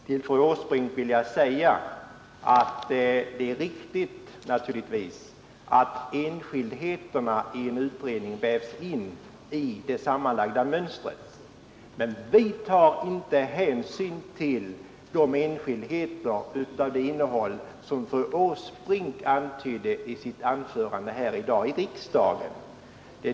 Till fru Åsbrink vill jag säga att det naturligtvis är riktigt att enskildheterna i en utredning vävs in i det sammanlagda mönstret, men vi tar inte hänsyn till enskildheter av det innehåll som fru Åsbrink antydde i sitt anförande här i dag i riksdagen.